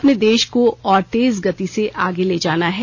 अपने देश को और तेज गति से आगे ले जाना है